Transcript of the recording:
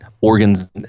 Organs